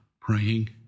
praying